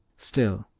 still,